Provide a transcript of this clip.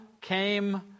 came